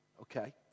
okay